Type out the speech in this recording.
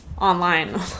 online